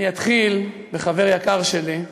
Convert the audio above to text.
אני אתחיל בחבר יקר שלי,